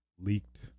leaked